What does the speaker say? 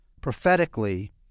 Prophetically